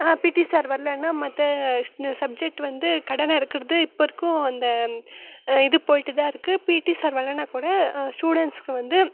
PT sir வரலன்னா மற்ற இந்த சப்ஜெக்ட் வந்து கடனா எடுக்கிறது இப்போ வரைக்கும் அந்த இது போயிட்டுதான் இருக்குது பீட்டி சார் வரலன்னா கூட ஸ்டூடண்ஸ்க்கு வந்து